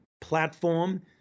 platform